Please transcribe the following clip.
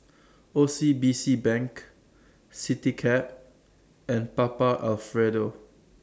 O C B C Bank Citycab and Papa Alfredo